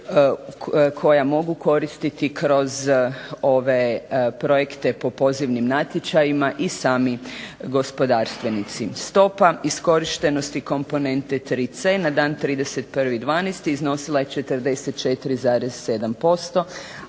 koja mogu koristiti kroz ove projekte po pozivnim natječajima i sami gospodarstvenici. Stopa iskorištenosti komponentne 3C na dan 31.12. iznosila je 44,7%,